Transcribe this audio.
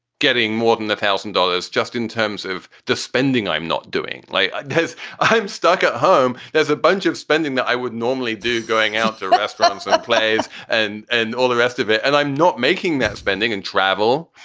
getting more than a thousand dollars just in terms of the spending i'm not doing like there's a home stuck at home there's a bunch of spending i would normally do. going out to restaurants, plays and and all the rest of it. and i'm not making that spending and travel.